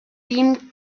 tim